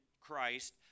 Christ